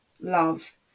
love